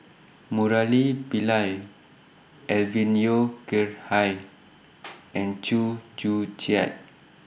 Murali Pillai Alvin Yeo Khirn Hai and Chew Joo Chiat